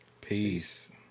Peace